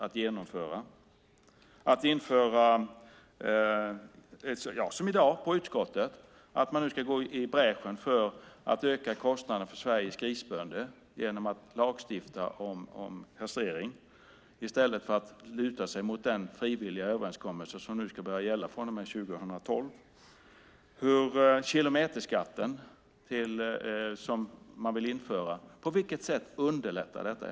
I dag i utskottet ville man gå i bräschen för att öka kostnaden för Sveriges grisbönder genom att lagstifta om kastrering i stället för att luta sig mot den frivilliga överenskommelse som ska börja gälla år 2012. Eller kilometerskatten som man vill införa - på vilket sätt skulle det underlätta?